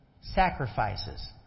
sacrifices